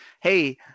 hey